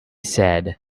said